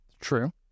True